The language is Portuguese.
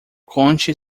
conte